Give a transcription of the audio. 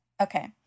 Okay